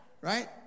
Right